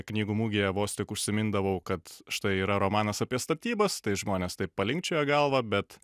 knygų mugėje vos tik užsimindavau kad štai yra romanas apie statybas tai žmonės tai palinkčioja galva bet